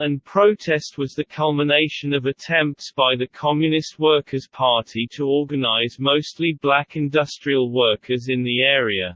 and protest was the culmination of attempts by the communist workers' party to organize mostly black industrial workers in the area.